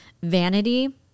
Vanity